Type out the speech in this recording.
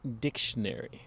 Dictionary